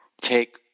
take